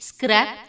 Scrap